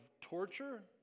torture